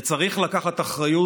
וצריך לקחת אחריות,